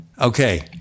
Okay